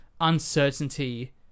uncertainty